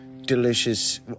delicious